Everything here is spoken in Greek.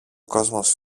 κόσμος